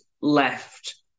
left